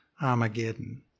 armageddon